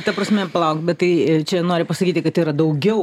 ta prasme palauk bet tai čia nori pasakyti kad yra daugiau